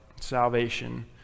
salvation